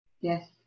Yes